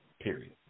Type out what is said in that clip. Period